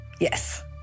Yes